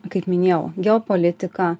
kaip minėjau geopolitiką